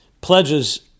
pledges